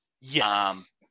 Yes